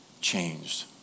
changed